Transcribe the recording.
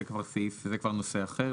זה כבר נושא אחר,